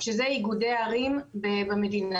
שזה איגודי הערים במדינה.